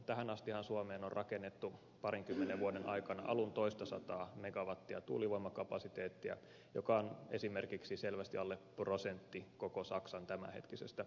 tähän astihan suomeen on rakennettu tuulivoimakapasiteettia parinkymmenen vuoden aikana alun toistasataa megawattia joka on esimerkiksi selvästi alle prosentti koko saksan tämänhetkisestä tuulivoimakapasiteetista